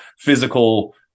physical